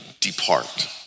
depart